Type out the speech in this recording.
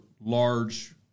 large